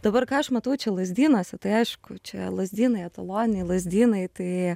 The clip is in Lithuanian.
dabar ką aš matau čia lazdynuose tai aišku čia lazdynai etaloniniai lazdynai tai